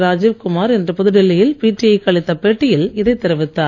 ராஜீவ்குமார் இன்று புதுடில்லியில் பிடிஐ க்கு அளித்த பேட்டியில் இதைத் தெரிவித்தார்